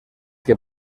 que